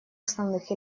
основных